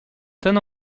ten